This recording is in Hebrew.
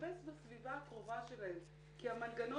לחפש בסביבה הקרובה שלהן,